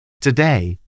Today